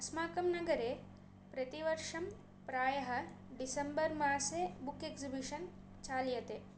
अस्माकं नगरे प्रतिवर्षं प्रायः डिसेम्बर्मासे बुक् एक्सिबिशन् चाल्यते